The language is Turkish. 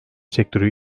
sektörü